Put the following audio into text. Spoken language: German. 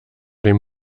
dem